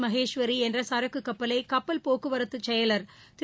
மகேஷ்வரி என்ற சரக்குக் கப்பலை கப்பல் போக்குவரத்துச் செயலர் திரு